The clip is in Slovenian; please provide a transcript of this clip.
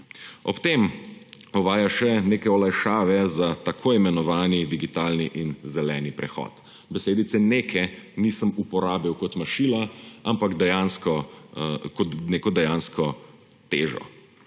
Ob tem uvaja še neke olajšave za tako imenovani digitalni in zeleni prehod. Besedice neke nisem uporabil kot mašilo, ampak kot neko dejansko težo,